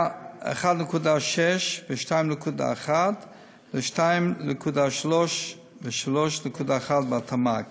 מ-1.6 ו-2.1 ל-2.3 ו-3.1, בהתאמה.